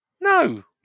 No